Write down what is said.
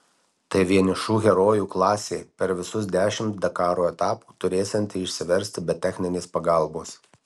tai vienišų herojų klasė per visus dešimt dakaro etapų turėsianti išsiversti be techninės pagalbos